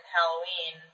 Halloween